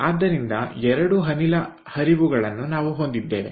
ಆದ್ದರಿಂದ 2 ಅನಿಲ ಹರಿವು ಗಳನ್ನು ನಾವು ಹೊಂದಿದ್ದೇವೆ